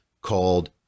called